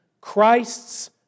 Christ's